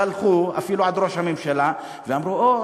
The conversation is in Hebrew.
הלכו אפילו עד ראש הממשלה ואמרו: אוה,